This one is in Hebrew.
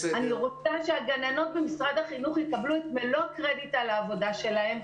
אני רוצה שהגננות במשרד החינוך יקבלו את מלוא הקרדיט על העבודה שלהן,